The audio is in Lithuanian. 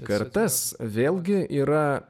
kartas vėlgi yra